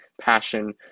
passion